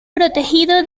protegido